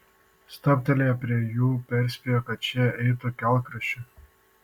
stabtelėję prie jų perspėjo kad šie eitų kelkraščiu